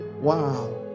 Wow